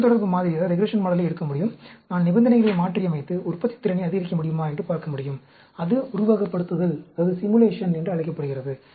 நான் உடன்தொடர்பு மாதிரியை எடுக்க முடியும் நான் நிபந்தனைகளை மாற்றியமைத்து உற்பத்தித்திறனை அதிகரிக்க முடியுமா என்று பார்க்க முடியும் அது உருவகப்படுத்துதல் என்று அழைக்கப்படுகிறது